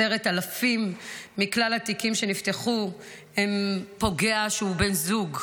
10,000 מכלל התיקים שנפתחו הם פוגע שהוא בן זוג.